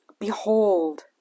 Behold